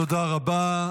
תודה רבה.